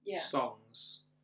songs